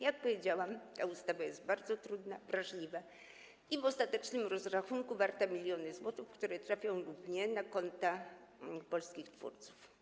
Jak powiedziałam, ta ustawa jest bardzo trudna, dotyka wrażliwej materii i w ostatecznym rozrachunku jest warta miliony złotych, które trafią lub nie na konta polskich twórców.